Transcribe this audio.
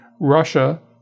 Russia